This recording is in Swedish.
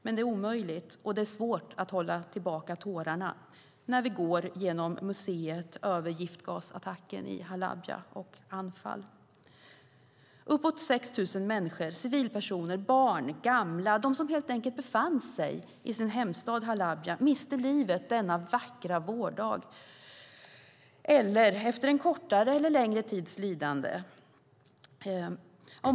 Men det är omöjligt. Det är svårt att hålla tillbaka tårarna när vi går genom museet över giftgasattacken i Halabja och Anfal. Uppåt 6 000 människor, civilpersoner, barn, gamla, de som helt enkelt befann sig i sin hemstad Halabja, miste livet denna vackra vårdag eller efter en kortare eller längre tids lidande.